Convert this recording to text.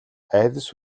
айдас